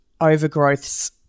overgrowths